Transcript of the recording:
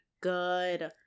Good